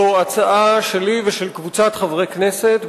זו הצעה שלי ושל קבוצת חברי הכנסת,